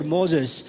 Moses